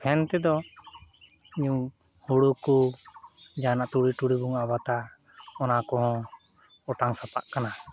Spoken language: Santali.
ᱟᱨ ᱯᱷᱮᱱ ᱛᱮᱫᱚ ᱦᱩᱲᱩ ᱠᱚ ᱡᱟᱦᱟᱱᱟᱜ ᱛᱩᱲᱤᱼᱴᱩᱲᱤ ᱵᱚᱱ ᱟᱱᱵᱟᱫᱽᱟ ᱚᱱᱟ ᱠᱚᱦᱚᱸ ᱚᱴᱟᱝ ᱥᱟᱯᱟᱜ ᱠᱟᱱᱟ